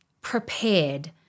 prepared